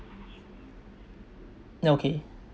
okay